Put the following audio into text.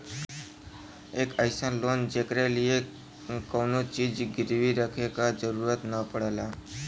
एक अइसन लोन जेकरे लिए कउनो चीज गिरवी रखे क जरुरत न पड़ला